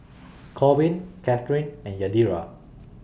Korbin Kathyrn and Yadira